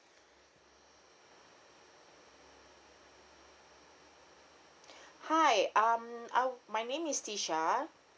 hi um uh my name is tisha